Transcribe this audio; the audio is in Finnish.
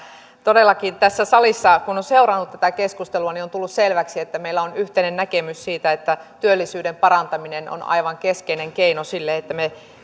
todellakin tässä salissa kun on seurannut tätä keskustelua on tullut selväksi että meillä on yhteinen näkemys siitä että työllisyyden parantaminen on aivan keskeinen keino sille että me